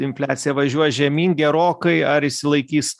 infliacija važiuoja žemyn gerokai ar išsilaikys